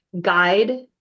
guide